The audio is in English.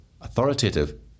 authoritative